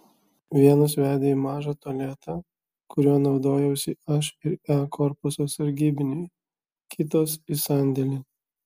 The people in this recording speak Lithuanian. vienos vedė į mažą tualetą kuriuo naudojausi aš ir e korpuso sargybiniai kitos į sandėlį